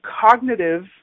cognitive